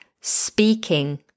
speaking